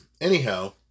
anyhow